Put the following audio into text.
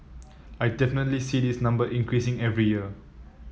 I definitely see this number increasing every year